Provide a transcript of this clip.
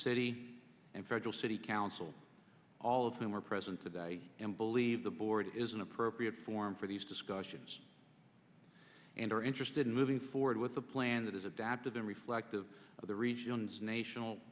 city and federal city council all of whom are present today and believe the board is an appropriate forum for these discussions and are interested in moving forward with a plan that is adaptive than reflective of the region's nation al